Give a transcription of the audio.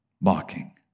Mocking